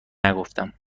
نگفتم